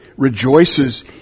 Rejoices